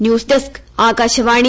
news desk Akashvani